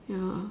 ya